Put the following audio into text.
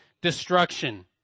destruction